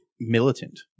militant